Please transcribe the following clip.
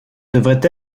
devrait